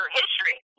history